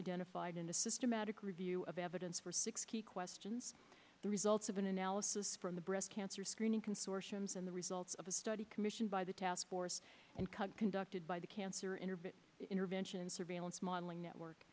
identified in a systematic review of evidence for six key questions the results of an analysis from the breast cancer screening consortiums and the results of a study commissioned by the task force conducted by the cancer intervention surveillance modeling network